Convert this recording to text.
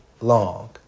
long